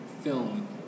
film